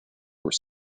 were